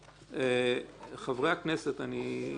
חברי הכנסת ידברו,